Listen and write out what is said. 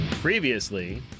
Previously